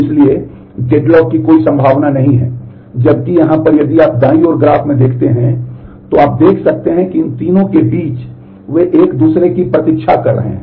इसलिए डेडलॉक की कोई संभावना नहीं है जबकि यहां पर यदि आप दाईं ओर ग्राफ में देखते हैं तो आप देख सकते हैं कि इन तीनों के बीच वे एक दूसरे की प्रतीक्षा कर रहे हैं